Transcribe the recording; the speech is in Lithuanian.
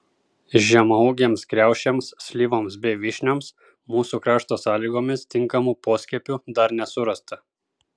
žemaūgėms kriaušėms slyvoms bei vyšnioms mūsų krašto sąlygomis tinkamų poskiepių dar nesurasta